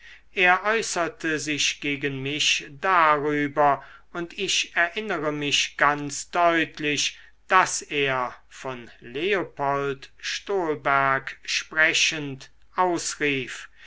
er äußerte sich gegen mich darüber und ich erinnere mich ganz deutlich daß er von leopold stolberg sprechend ausrief